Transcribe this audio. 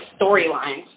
storylines